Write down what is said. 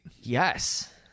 Yes